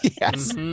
yes